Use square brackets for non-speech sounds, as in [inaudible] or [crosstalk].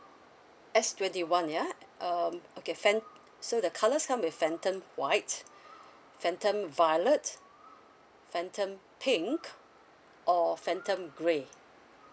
S twenty one ya uh um okay phan~ so the colours come with phantom white [breath] phantom violet phantom pink or phantom grey